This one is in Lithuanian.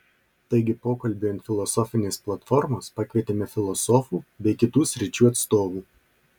taigi pokalbiui ant filosofinės platformos pakvietėme filosofų bei kitų sričių atstovų